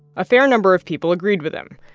a fair number of people agreed with him.